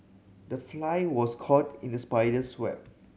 the fly was caught in the spider's web